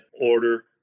order